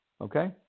Okay